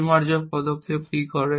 পরিমার্জন পদক্ষেপ কি করে